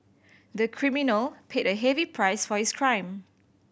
the criminal paid a heavy price for his crime